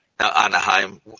anaheim